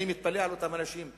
אני מתפלא על אותם אנשים שאומרים: